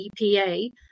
EPA